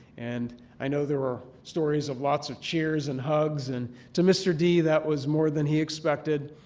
and i know there were stories of lots of cheers and hugs. and to mr. d, that was more than he expected.